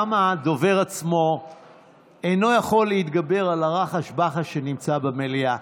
גם הדובר עצמו אינו יכול להתגבר על הרחש-בחש במליאה.